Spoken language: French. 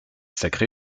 sacrée